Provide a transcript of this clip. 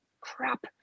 crap